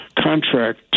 Contract